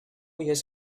years